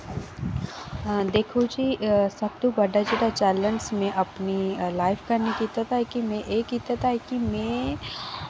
दिक्खो जी सबतो बड्डा जेह्ड़ा चैलेंज मैं अपनी लाइफ कन्नै कीते दा कि में एह् कीते दा कि में